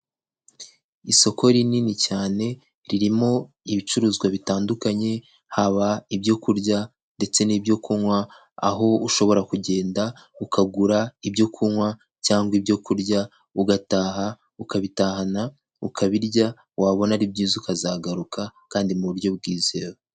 Isoko rinini cyane ririmo ibicuruzwa bitandukanye haba ibyoku kurya ndetse n'ibyo kunywa, aho ushobora kugenda ukagura ibyo kunywa cyangwa ibyokurya ugataha ukabitahana ukabirya wabona ari byiza ukazagaruka kandi mu buryo bwizewe.